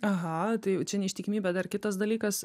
aha tai jau čia neištikimybė dar kitas dalykas